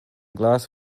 glass